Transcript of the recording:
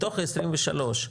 מתוך ה-23,